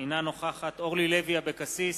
אינה נוכחת אורלי לוי אבקסיס,